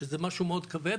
שזה משהו מאוד כבד,